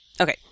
Okay